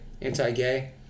anti-gay